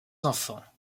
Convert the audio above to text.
enfants